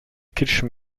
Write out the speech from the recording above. kitchen